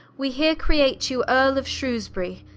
we here create you earle of shrewsbury,